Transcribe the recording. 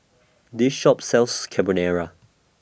This Shop sells Carbonara